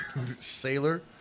Sailor